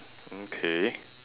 okay